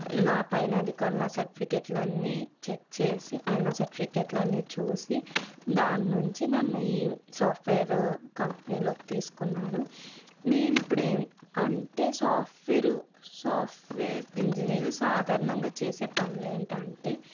నా పైన అధికారులు నా సర్టిఫికేట్లు అన్నీ చెక్ చేసి ఆయన సర్టిఫికేట్లు అన్నీ చూసి దాని నుంచి నన్ను ఈ సాఫ్ట్వేర్ కంపెనీలోకి తీసుకున్నారు నేను ఇప్పుడు ఏం అంటే సాఫ్ట్వేర్ సాఫ్ట్వేర్ ఇంజనీర్ సాధారణంగా చేసే పనులు ఏంటంటే